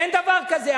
אין דבר כזה.